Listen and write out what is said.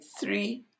three